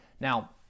Now